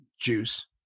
juice